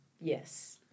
Yes